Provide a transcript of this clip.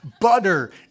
butter